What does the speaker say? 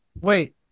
Wait